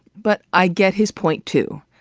but i get his point, too.